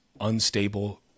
unstable